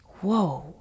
Whoa